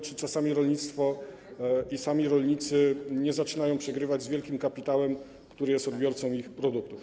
Czy czasami rolnictwo i sami rolnicy nie zaczynają przegrywać z wielkim kapitałem, który jest odbiorcą ich produktów?